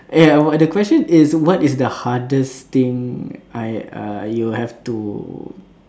eh uh the question is what is the hardest thing I uh you have to